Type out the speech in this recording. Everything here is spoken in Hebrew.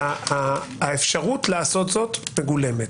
האפשרות לעשות זאת מגולמת.